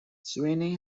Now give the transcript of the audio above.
sweeney